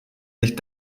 sich